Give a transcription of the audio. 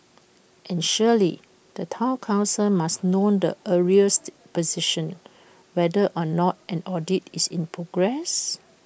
and surely the Town Council must know the arrears position whether or not an audit is in progress